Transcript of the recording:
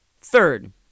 Third